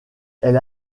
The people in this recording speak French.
elle